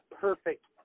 perfect